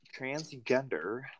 transgender